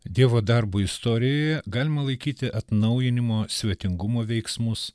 dievo darbo istorijoje galima laikyti atnaujinimo svetingumo veiksmus